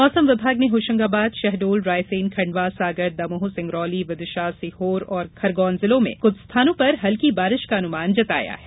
मौसम विभाग ने होशंगाबाद शहडोल रायसेन खंडवा सागर दमोह सिंगरौली विदिशा सीहोर और खरगोन जिलों में कुछ स्थानों पर हल्की बारिश का अनुमान जताया है